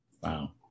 Wow